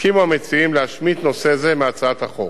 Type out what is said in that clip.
הסכימו המציעים להשמיט נושא זה מהצעת החוק.